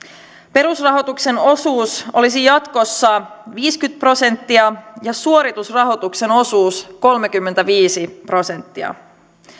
perusrahoituksen osuus olisi jatkossa viisikymmentä prosenttia ja suoritusrahoituksen osuus kolmekymmentäviisi prosenttia